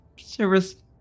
service